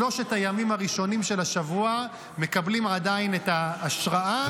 שלושת הימים הראשונים של השבוע מקבלים עדיין את ההשראה,